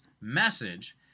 message